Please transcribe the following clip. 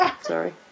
Sorry